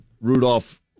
Rudolph